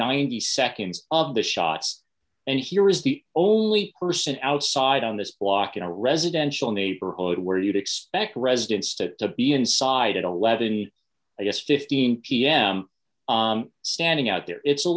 ninety seconds of the shots and here is the only person outside on this block in a residential neighborhood where you'd expect residents to be inside a levy yes fifteen pm standing out there it's a